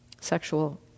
sexual